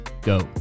go